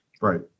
right